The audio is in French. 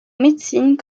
médecine